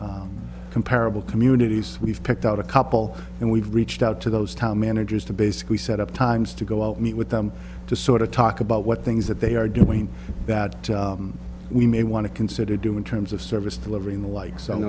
comparable communities we've picked out a couple and we've reached out to those how managers to basically set up times to go out meet with them to sort of talk about what things that they are doing that we may want to consider do in terms of service delivery in like some